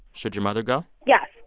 should your mother go yes.